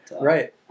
Right